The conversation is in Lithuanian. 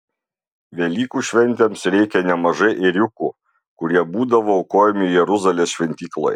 velykų šventėms reikia nemažai ėriukų kurie būdavo aukojami jeruzalės šventykloje